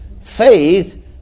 Faith